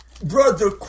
Brother